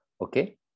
okay